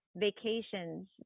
vacations